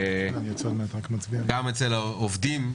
גם אצל העובדים,